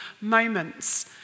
moments